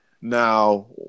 Now